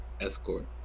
escort